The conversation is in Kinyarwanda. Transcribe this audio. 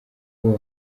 kuba